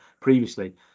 previously